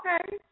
Okay